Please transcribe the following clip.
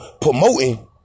promoting